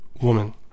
woman